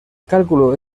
cálculo